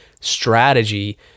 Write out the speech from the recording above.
strategy